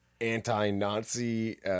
anti-Nazi